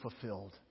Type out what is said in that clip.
fulfilled